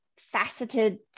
faceted